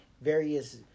various